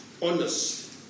honest